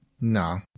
No